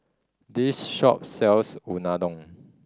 this shop sells Unadon